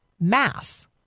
mass